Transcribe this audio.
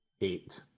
Eight